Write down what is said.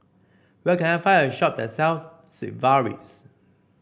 where can I find a shop that sells Sigvaris